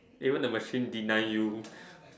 even the machine deny you